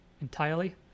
entirely